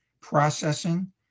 processing